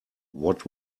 what